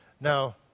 Now